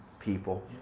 people